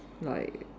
like